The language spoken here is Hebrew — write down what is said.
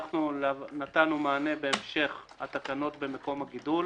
אנחנו נתנו מענה בהמשך התקנות במקום הגידול,